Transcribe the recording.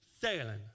sailing